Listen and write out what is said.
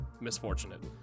Misfortunate